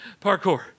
Parkour